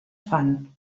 fan